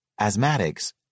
asthmatics